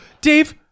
dave